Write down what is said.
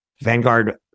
Vanguard